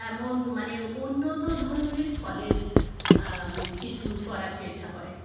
এমন মানে উন্নত ধরনের ফলের কিছু করার চেষ্টা করে